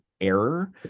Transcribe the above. error